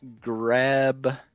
grab